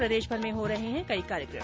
प्रदेशभर में हो रहे है कई कार्यक्रम